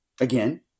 Again